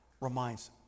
reminds